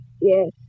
Yes